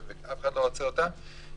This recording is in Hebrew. ולכן מלכתחילה החקירות שלהם אל מול חבריהם,